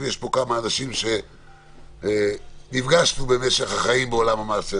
יש פה כמה אנשים שנפגשו איתי במשך החיים בעולם המעשה.